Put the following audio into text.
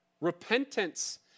Repentance